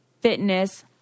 fitness